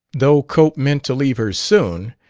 though cope meant to leave her soon,